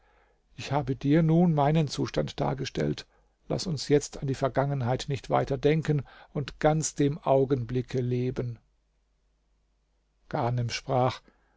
ich habe dir nun meinen zustand dargestellt laß uns jetzt an die vergangenheit nicht weiter denken und ganz dem augenblicke leben ghanem sprach